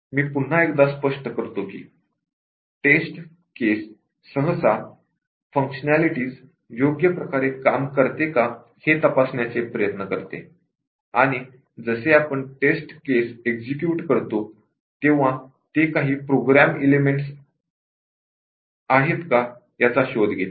मी पुन्हा एकदा स्पष्ट करतो की टेस्ट केस सहसा फंक्शनालिटी योग्य प्रकारे काम करते का हे तपासण्याचा प्रयत्न करते आणि जसे आपण टेस्ट केस एक्झिक्युट करतो तेव्हा ते काही प्रॉब्लेम एलिमेंट्स आहेत का याचा शोध घेते